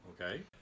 Okay